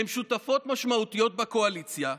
הן שותפות משמעותיות בקואליציה,